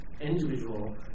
individual